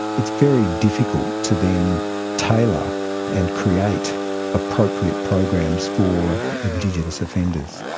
it's very difficult to then tailor and create appropriate programs for indigenous offenders.